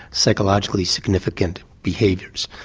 psychologically significant behaviours.